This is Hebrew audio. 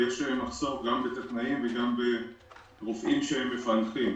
יש מחסור גם בטכנאים וגם ברופאים שמפענחים.